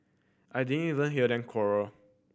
I didn't even hear them quarrel